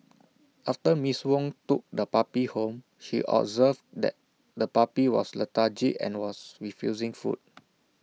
after miss Wong took the puppy home she observed that the puppy was lethargic and was refusing food